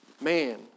man